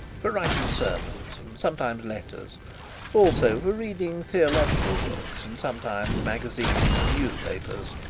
for writing sermons and sometimes letters also for reading theological works, and sometimes magazines and newspapers.